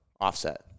Offset